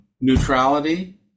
neutrality